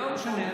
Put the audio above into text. לא משנה,